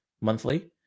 monthly